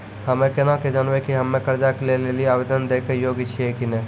हम्मे केना के जानबै कि हम्मे कर्जा लै लेली आवेदन दै के योग्य छियै कि नै?